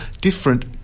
different